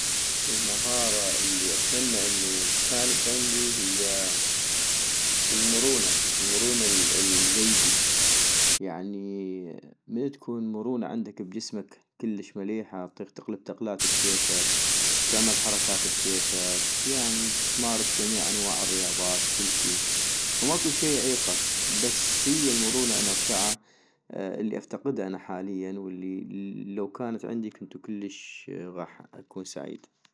المهارة الي اتمنى انو كانت عندي هي المرونة، المرونة ال الزيدي - يعني من تكون مرونة عندك بجسمك كلش مليحة، اطيق تقلب تقلات بكيفك، تعمل حركات بكيفك، يعني تمارس جميع انواع الرياضات كلشي، فماكو شي يعيقك، بس هي المرونة انا اغشعا، الي افتقدا انا حاليا ، والي لو كانت عندي كنتو كلش غاح اكون سعيد